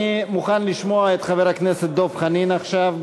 אני מוכן לשמוע את חבר הכנסת דב חנין עכשיו.